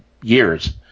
years